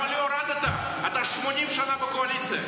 ב-2013 זה קרה.